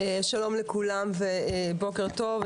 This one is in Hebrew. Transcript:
שלום לכולם ובוקר טוב,